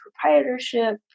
proprietorship